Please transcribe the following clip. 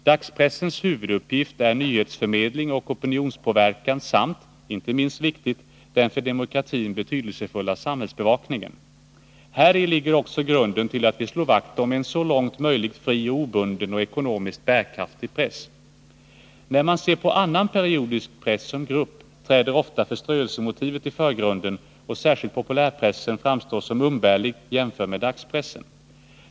Dagspressens huvuduppgift är nyhetsförmedling och opinionspåverkan samt — inte minst viktigt — den för demokratin betydelsefulla samhällsbevakningen. Häri ligger också grunden till att vi slår vakt om en så långt möjligt fri och obunden samt ekonomiskt bärkraftig press. När man ser på annan periodisk press som grupp, träder ofta förströelsemotivet i förgrunden, och särskilt populärpressen framstår som umbärlig, jämförd med dagspressen.